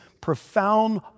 profound